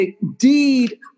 indeed